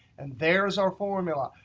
and there's our formula.